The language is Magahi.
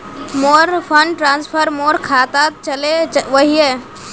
मोर फंड ट्रांसफर मोर खातात चले वहिये